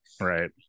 Right